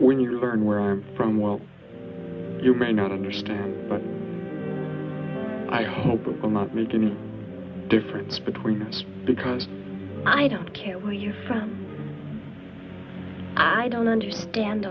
when you learn where i'm from well you may not understand i hope it will not make any difference between us because i don't care where you're from i don't understand